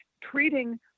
treating